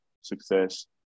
success